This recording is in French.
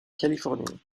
californie